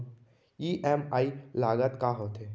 EMI लागत का होथे?